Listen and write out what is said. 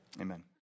amen